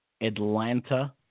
Atlanta